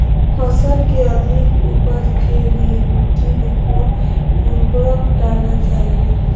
फसल के अधिक उपज के लिए मिट्टी मे कौन उर्वरक डलना चाइए?